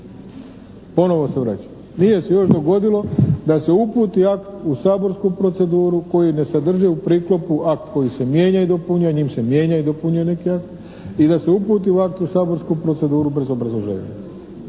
Ponovo se vraćam, nije se još dogodilo da se uputi akt u saborsku proceduru koji ne sadrži u priklopu akt koji se mijenja i dopunjuje, njim se mijenja i dopunjuje neki akt i da se uputi akt u saborsku proceduru …/Govornik